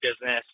business